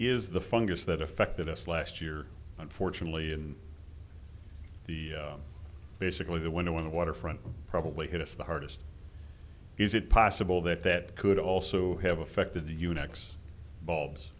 is the fungus that affected us last year unfortunately in the basically the winter when the waterfront probably hit us the hardest is it possible that that could also have affected the unix